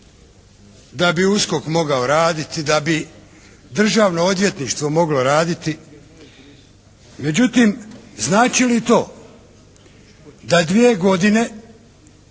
da bi USKOK mogao raditi, da bi Državno odvjetništvo moglo raditi. Međutim znači li to da dvije godine